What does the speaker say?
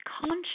conscious